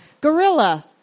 Gorilla